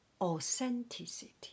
authenticity